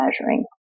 measuring